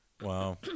Wow